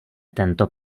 tento